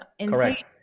correct